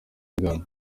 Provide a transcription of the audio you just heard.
ingano